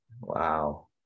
Wow